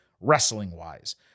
wrestling-wise